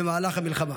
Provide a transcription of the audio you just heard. במהלך המלחמה.